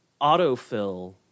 autofill